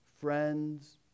friends